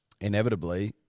inevitably